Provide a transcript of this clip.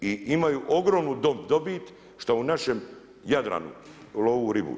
I imaju ogromnu dobit što u našem Jadranu love ribu.